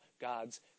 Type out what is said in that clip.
God's